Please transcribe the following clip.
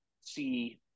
see